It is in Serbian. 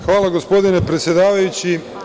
Hvala, gospodine predsedavajući.